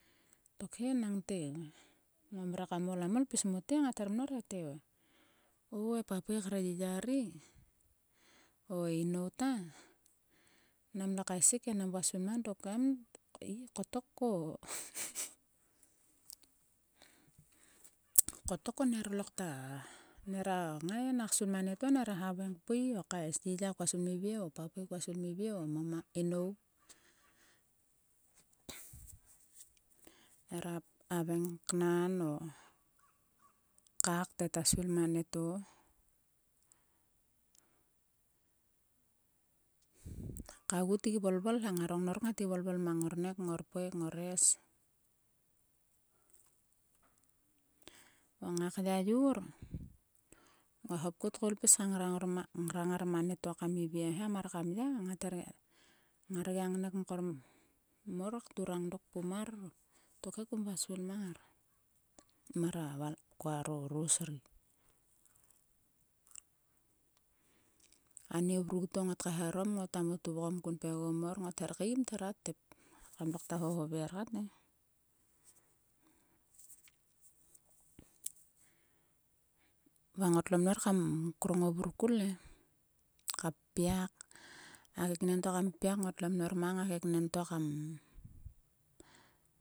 Tokhe enangte ngomre kam ol kam ol pis mote ngat her mnor. Te o e papui kre yiya ri o e inou ta. Namlo kaesik e, nam vua svil mang dok. Em i kotok ko kotok ko ner lokta. Nera ngai nak svil ma nieto nera havaing kpui o kais. Yiya koa svil kmivie o papui kua svil kmivie o mama inou. Nera havaing knan o kak te ta svil mang anieto. Ka gu tgi volvol he. Ngaro gu ngat gi volvol mang. ngornek. ngorpoe. ngores o ngak yayor. nguak hop kut koul pis ka ngrang ngar ma nieto kam iviem he mar kam ya. Ngar gia ngnek mkor mor. turang dok pum mar. Tokhe kum vua svil mang ngar mar a val kuaro ros ri. Ani vru to ngot kaeharom ngota mo tuvgom kun pgegom mor ngota keim ther a tep. Kkam lokta hohover kat e. Va ngotlo mnor kam krong o vurkul e. Ka piak. a keknento kam piak. Ngotlo mnor mang. A keknen to kam.